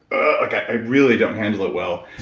i really don't handle it well,